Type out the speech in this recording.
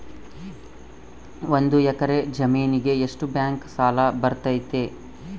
ಒಂದು ಎಕರೆ ಜಮೇನಿಗೆ ಎಷ್ಟು ಬ್ಯಾಂಕ್ ಸಾಲ ಬರ್ತೈತೆ?